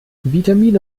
vitamine